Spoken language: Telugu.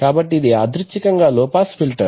కాబట్టి ఇది యాదృచ్ఛికంగా లో పాస్ ఫిల్టర్